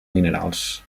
minerals